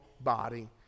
body